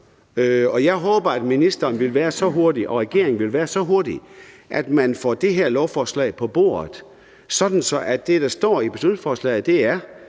jeg håber, at ministeren og regeringen vil være så hurtige, at man får det her lovforslag på bordet, sådan at det, som der står i beslutningsforslaget,